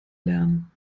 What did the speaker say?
lernen